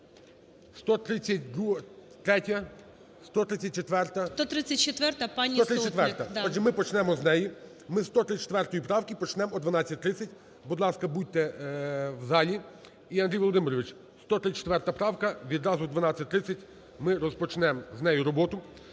ГОЛОВУЮЧИЙ. 134-а. Отже, ми почнемо з неї. Ми з 134 правкипочнем о 12:30. Будь ласка, будьте в залі. І, Андрій Володимирович, 134-а правка відразу о 12:30, мирозпочнем з неї роботу.